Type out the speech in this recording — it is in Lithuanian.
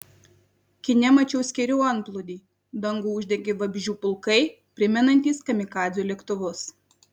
kine mačiau skėrių antplūdį dangų uždengė vabzdžių pulkai primenantys kamikadzių lėktuvus